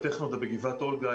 בטכנודע בגבעת אולגה,